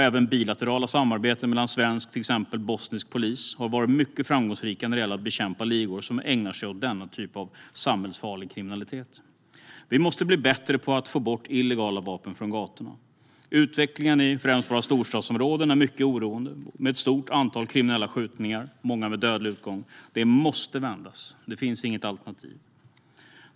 Även bilaterala samarbeten mellan svensk och till exempel bosnisk polis har varit mycket framgångsrika när det gäller att bekämpa ligor som ägnar sig åt denna typ av samhällsfarlig kriminalitet. Vi måste bli bättre på att få bort illegala vapen från gatorna. Utvecklingen i främst våra storstadsområden är mycket oroande, med ett stort antal kriminella skjutningar, många med dödlig utgång. Det måste vändas. Det finns inget alternativ.